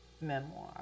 memoir